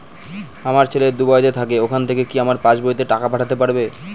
আমার ছেলে দুবাইতে থাকে ওখান থেকে কি আমার পাসবইতে টাকা পাঠাতে পারবে?